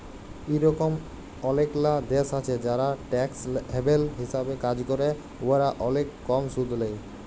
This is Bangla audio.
ইরকম অলেকলা দ্যাশ আছে যারা ট্যাক্স হ্যাভেল হিসাবে কাজ ক্যরে উয়ারা অলেক কম সুদ লেই